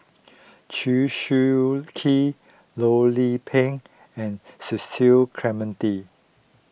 Chew Swee Kee Loh Lik Peng and Cecil Clementi